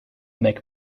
make